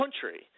country